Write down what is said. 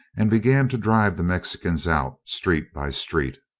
and began to drive the mexicans out, street by street.